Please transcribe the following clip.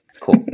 cool